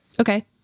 Okay